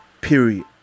Period